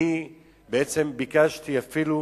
בעצם ביקשתי אפילו